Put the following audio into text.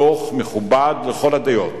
דוח מכובד לכל הדעות,